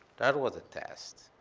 that was the test.